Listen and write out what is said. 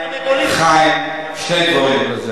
הם יורים, חיים, חיים, שני דברים: